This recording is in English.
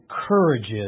encourages